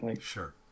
sure